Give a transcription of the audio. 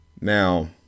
Now